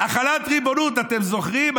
החלת ריבונות, אתם זוכרים?